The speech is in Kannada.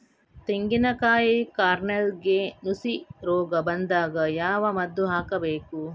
ತೆಂಗಿನ ಕಾಯಿ ಕಾರ್ನೆಲ್ಗೆ ನುಸಿ ರೋಗ ಬಂದಾಗ ಯಾವ ಮದ್ದು ಹಾಕಬೇಕು?